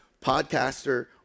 podcaster